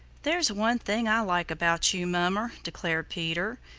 there's one thing i like about you, mummer, declared peter,